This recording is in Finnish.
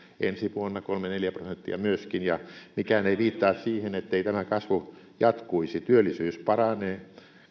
ensi vuonna kolme viiva neljä prosenttia myöskin ja mikään ei viittaa siihen ettei tämä kasvu jatkuisi työllisyys paranee